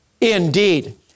indeed